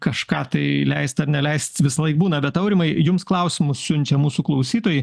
kažką tai leist ar neleist visąlaik būna bet aurimai jums klausimus siunčia mūsų klausytojai